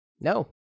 No